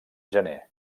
gener